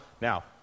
now